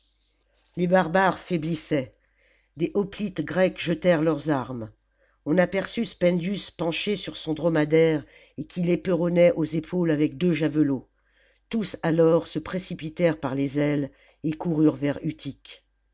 les barbares faiblissaient des hoplites grecs jetèrent leurs armes on aperçut spendius penché sur son dromadaire et qui l'éperonnait aux épaules avec deux javelots tous alors se précipitèrent par les ailes et coururent vers